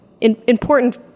important